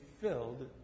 filled